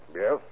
Yes